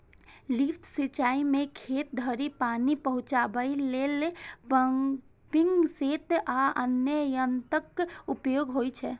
lift सिंचाइ मे खेत धरि पानि पहुंचाबै लेल पंपिंग सेट आ अन्य यंत्रक उपयोग होइ छै